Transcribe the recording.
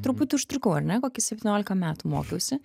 truputį užtrukau ar ne kokį septyniolika metų mokiausi